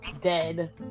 dead